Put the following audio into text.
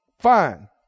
Fine